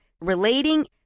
relating